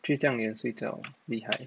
就这样你也睡觉 ah 厉害